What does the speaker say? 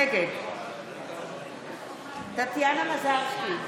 נגד טטיאנה מזרסקי,